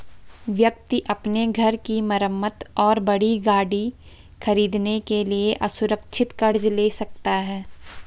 व्यक्ति अपने घर की मरम्मत और बड़ी गाड़ी खरीदने के लिए असुरक्षित कर्ज ले सकता है